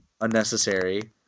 Unnecessary